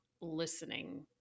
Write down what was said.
listening